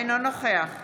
נוכח